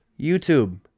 YouTube